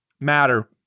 matter